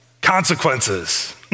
Consequences